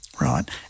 right